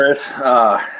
Chris